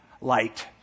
light